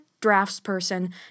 draftsperson